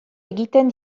egiten